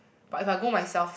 but if I go myself